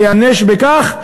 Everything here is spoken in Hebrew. תיענש על כך,